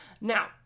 Now